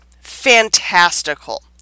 fantastical